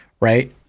right